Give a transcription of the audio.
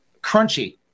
crunchy